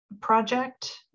project